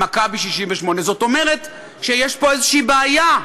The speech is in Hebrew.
"מכבי" 68%. זאת אומרת שיש פה איזושהי בעיה.